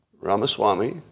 Ramaswamy